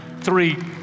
three